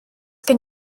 gen